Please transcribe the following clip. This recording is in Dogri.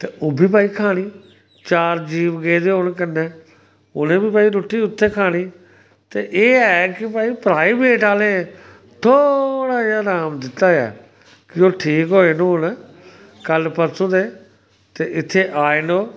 ते ओह् बी भाई खानी चार जीव गेदे होन कन्नै उ'नें बी भाई रुट्टी उत्थै खानी ते एह् है के भाई प्राइवेट आह्ले थोह्ड़ा जेहा अराम दित्ता ऐ कि ओह् ठीक होए न हून कल्ल परसूं दे ते इत्थै आए न ओह्